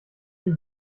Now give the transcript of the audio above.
die